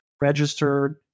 registered